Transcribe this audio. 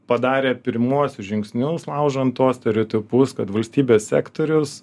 padarė pirmuosius žingsnius laužant tuos stereotipus kad valstybės sektorius